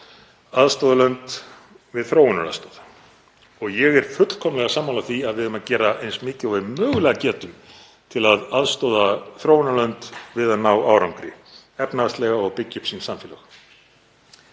aðstoða lönd við þróunaraðstoð og ég er fullkomlega sammála því að við eigum að gera eins mikið og við mögulega getum til að aðstoða þróunarlönd við að ná árangri efnahagslega og byggja upp sín samfélög.